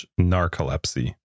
narcolepsy